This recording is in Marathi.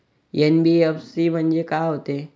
एन.बी.एफ.सी म्हणजे का होते?